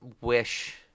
wish